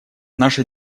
наша